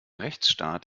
rechtsstaat